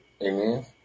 Amen